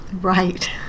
Right